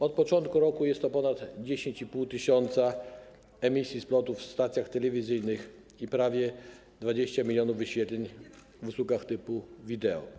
Od początku roku było ponad 10,5 tys. emisji spotów w stacjach telewizyjnych i prawie 20 mln wyświetleń w usługach typu wideo.